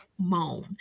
moan